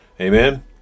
Amen